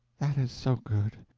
that is so good.